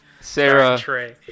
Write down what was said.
sarah